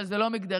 אבל זה לא מגדרי,